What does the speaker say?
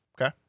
Okay